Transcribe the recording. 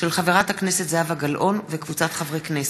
מאת חברת הכנסת זהבה גלאון וקבוצת חברי הכנסת,